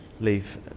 leave